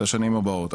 לשנים הבאות.